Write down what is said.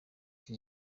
iki